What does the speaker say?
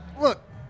Look